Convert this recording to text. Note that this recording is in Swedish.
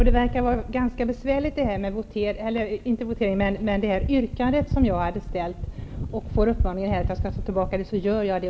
Herr talman! Då det yrkande som jag gjorde verkar ställa till besvär, och då jag får uppmaningen att ta tillbaka det, gör jag det.